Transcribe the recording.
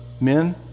men